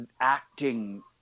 acting